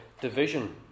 division